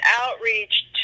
outreach